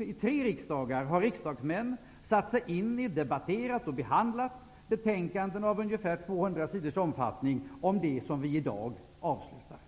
Under tre riksdagar har riksdagsmän satt sig in i, debatterat och behandlat betänkanden på ungefär 200 sidor om det som vi i dag avslutar.